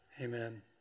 amen